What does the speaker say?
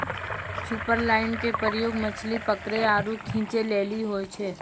superline के प्रयोग मछली पकरै आरु खींचै लेली होय छै